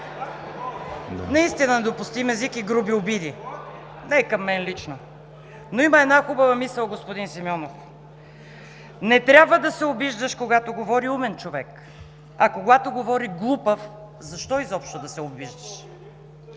Наистина недопустим език и груби обиди, не към мен лично. Но има една хубава мисъл, господин Симеонов: „Не трябва да се обиждаш, когато говори умен човек, а когато говори глупав, защо изобщо да се обиждаш?“